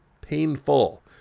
painful